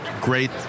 great